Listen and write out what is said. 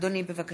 מצביע